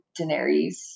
Daenerys